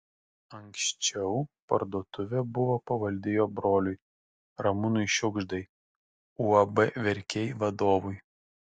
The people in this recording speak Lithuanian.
anksčiau parduotuvė buvo pavaldi jo broliui ramūnui šiugždai uab verkiai vadovui